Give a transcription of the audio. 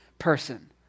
person